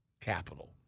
Capital